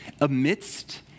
amidst